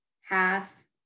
half